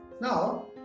Now